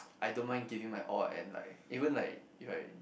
I don't mind giving my all and like even like if I